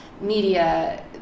media